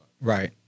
Right